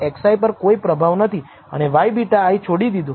01 ને તમારા મહત્વના સ્તર તરીકે પસંદ કરો છો તો તમે નલ પૂર્વધારણાને નકારશો નહીં